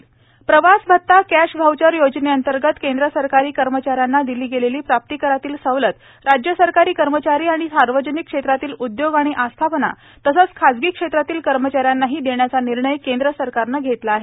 प्रवास भत्ता प्रवास भत्ता कॅश व्हाउचर योजनेअंतर्गत केंद्र सरकारी कर्मचाऱ्यांना दिली गेलेली प्रासिकरातील सवलत राज्य सरकारी कर्मचारी आणि सार्वजनिक क्षेत्रातील उद्योग आणि आस्थापना तसेच खाजगी क्षेत्रातील कर्मचाऱ्यांनाही देण्याचा निर्णय केंद्र सरकारने घेतला आहे